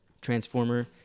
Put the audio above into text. transformer